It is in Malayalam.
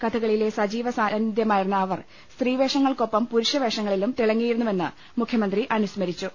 കഥകളിയിലെ സജീവ സ്ത്രീസാന്നിധ്യമായിരുന്ന അവർ സ്ത്രീവേഷങ്ങൾക്കൊപ്പം പുരുഷ വേഷങ്ങളിലും തിളങ്ങിയിരുന്നുവെന്ന് മുഖ്യമന്ത്രി അനുസ്മരിച്ചു